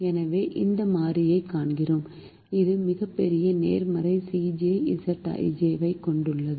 எனவே அந்த மாறியைக் காண்கிறோம் இது மிகப்பெரிய நேர்மறை Cj Zj ஐக் கொண்டுள்ளது